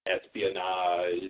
espionage